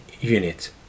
unit